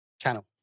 channel